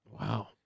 Wow